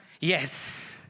yes